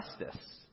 justice